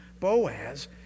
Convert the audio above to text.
Boaz